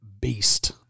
beast